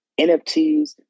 NFTs